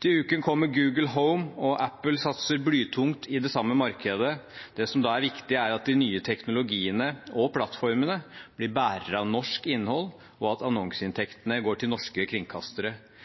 Til uken kommer Google Home, og Apple satser blytungt i det samme markedet. Det som da er viktig, er at de nye teknologiene og plattformene blir bærere av norsk innhold, og at annonseinntektene går til norske kringkastere.